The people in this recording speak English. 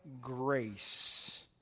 grace